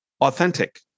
authentic